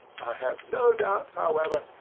i have no doubt, however,